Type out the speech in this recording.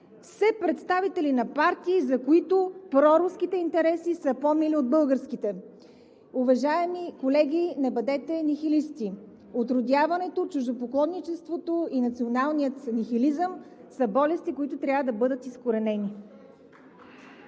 Все представители на партии, за които проруските интереси са по-мили от българските. Уважаеми колеги, не бъдете нихилисти. Отродяването, чуждопоклонничеството и националният нихилизъм са болести, които трябва да бъдат изкоренени.